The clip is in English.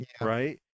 right